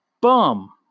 bum